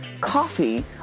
coffee